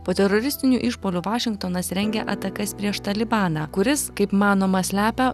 po teroristinių išpuolių vašingtonas rengia atakas prieš talibaną kuris kaip manoma slepia